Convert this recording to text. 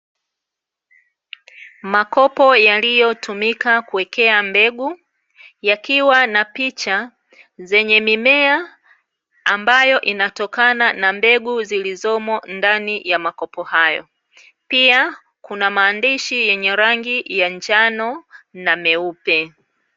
Makopo yaliyotumika kuwekea mbegu, yakiwa na picha zenye mimea, ambayo inatokana na mbegu zilizomo ndani ya makopo hayo. Pia kuna maandishi yenye rangi ya njano na meupe.